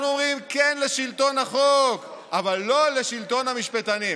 אנחנו אומרים כן לשלטון החוק אבל לא לשלטון המשפטנים.